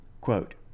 Quote